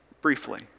briefly